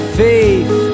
faith